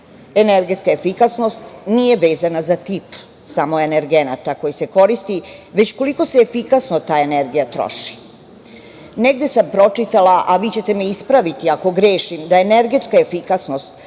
efikasnost nije vezana za tip samo energenata koji se koristi, već koliko se efikasno ta energija troši. Negde sam pročitala, a vi ćete me ispraviti ako grešim, da energetska efikasnost